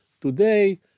today